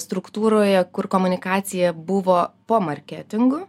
struktūroje kur komunikacija buvo po marketingu